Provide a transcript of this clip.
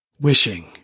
Wishing